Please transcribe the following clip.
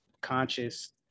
conscious